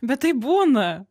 bet taip būna